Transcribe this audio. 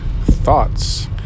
Thoughts